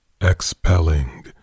expelling